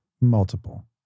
multiple